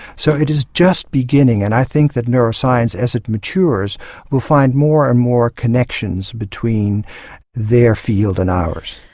so it is just beginning, and i think that neuroscience as it matures will find more and more connections between their field and ours.